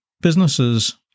Businesses